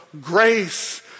grace